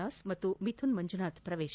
ದಾಸ್ ಮತ್ತು ಮಿಥುನ್ ಮಂಜುನಾಥ್ ಪ್ರವೇಶ